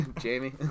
Jamie